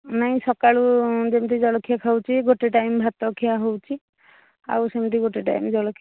ନାଇଁ ସକାଳୁ ଯେମିତି ଜଳଖିଆ ଖାଉଛି ଗୋଟେ ଟାଇମ୍ ଭାତ ଖିଆହେଉଛି ଆଉ ସେମିତି ଗୋଟେ ଟାଇମ୍ ଜଳଖିଆ